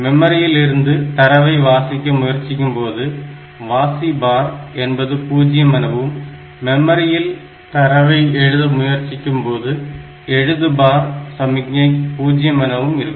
மெமரியில் இருந்து தரவை வாசிக்க முயற்சிக்கும்போது வாசி பார் என்பது 0 எனவும் மெமரியில் தரவை எழுத முயற்சிக்கும் போது ரைட் பார் சமிக்ஞை 0 எனவும் இருக்கும்